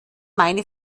meine